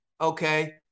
okay